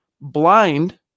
blind